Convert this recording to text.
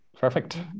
Perfect